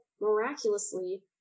miraculously